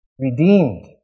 Redeemed